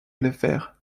playfair